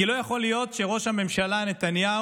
כי לא יכול להיות שראש הממשלה נתניהו